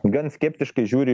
gan skeptiškai žiūri